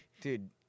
Dude